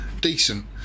decent